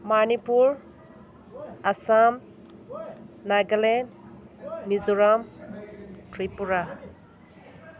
Manipur Assam Nagaland Mizoram Tripura